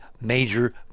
major